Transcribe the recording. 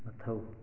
ꯃꯊꯧ